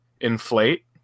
inflate